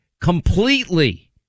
completely